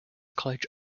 college